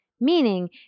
meaning